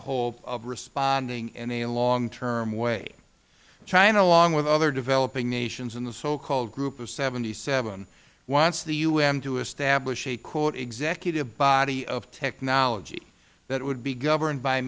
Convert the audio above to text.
hope of responding in a long term way china along with other developing nations in the so called group of seventy seven wants the u n to establish an executive body of technology that would be governed by